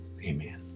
amen